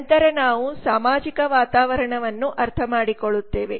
ನಂತರ ನಾವು ಸಾಮಾಜಿಕ ವಾತಾವರಣವನ್ನು ಅರ್ಥಮಾಡಿಕೊಳ್ಳುತ್ತೇವೆ